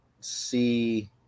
see